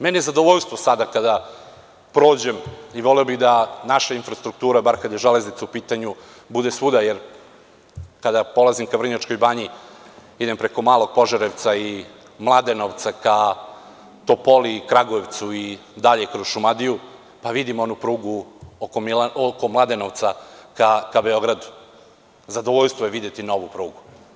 Meni je zadovoljstvo sada kada prođem i voleo bih da naša infrastruktura, bar kada je „Železnica“ u pitanju, bude svuda, jer kada idem ka Vrnjačkoj banji idem preko Malog Požarevca i Mladenovca ka Topoli, Kragujevcu i dalje kroz Šumadiju, pa vidim onu prugu oko Mladenovca ka Beogradu i zadovoljstvo je videti novu prugu.